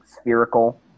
spherical